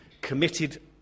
committed